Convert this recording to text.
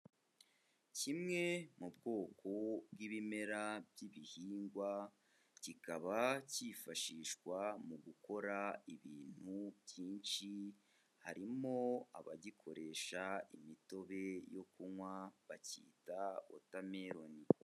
Kimwe mu bwoko bw'ibimera by'ibihingwa kikaba cyifashishwa mu gukora ibintu byinshi, harimo abagikoresha imitobe yo kunywa bakita wotameroni.